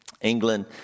England